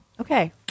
Okay